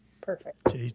Perfect